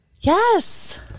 Yes